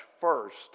first